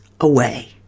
away